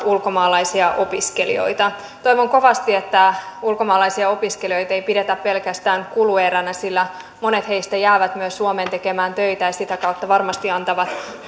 ulkomaalaisia opiskelijoita toivon kovasti että ulkomaalaisia opiskelijoita ei pidetä pelkästään kulueränä sillä monet heistä jäävät suomeen myös tekemään töitä ja sitä kautta varmasti antavat